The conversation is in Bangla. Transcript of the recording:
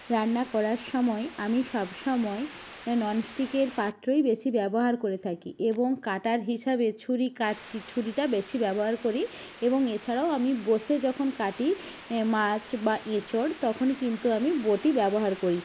রান্না করার সময় আমি সব সময় ননস্টিকের পাত্রই বেশি ব্যবহার করে থাকি এবং কাটার হিসাবে ছুরি কাটটি ছুরিটা বেশি ব্যবহার করি এবং এছাড়াও আমি বসে যখন কাটি এ মাছ বা এঁচোড় তখন কিন্তু আমি বটি ব্যবহার করি